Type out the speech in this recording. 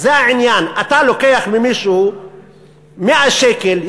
זה העניין: אתה לוקח ממישהו 100 שקל,